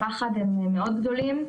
הפחד הם מאוד גדולים,